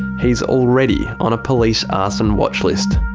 he's already on a police arson watch-list.